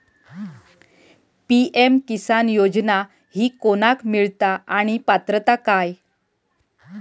PM Kisan योजना ही कोणाक मिळता आणि पात्रता काय?